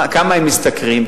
כמה הם משתכרים?